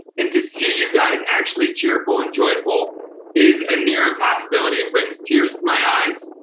and to see you guys actually cheerful and joyful is a near impossibility and brings tears to my eyes.